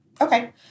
Okay